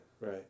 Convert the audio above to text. right